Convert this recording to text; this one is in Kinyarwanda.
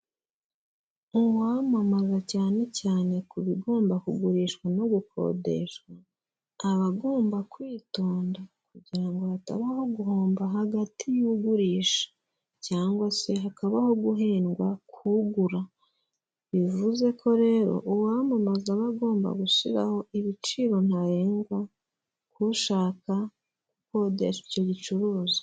Uwamamaza cyane cyane ku bigomba kugurishwa no gukodeshwa, abagomba kwitonda kugira ngo hatabaho guhomba hagati y'ugurisha cyangwa se hakabaho guhendwa kugura, bivuze ko rero uwamamaza aba agomba gushyiraho ibiciro ntarengwa ku ushaka, gukodesha icyo gicuruzwa.